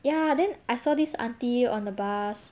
ya then I saw this aunty on the bus